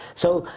so,